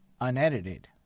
unedited